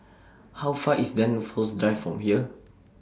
How Far IS Dunsfold Drive from here